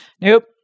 nope